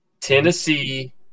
Tennessee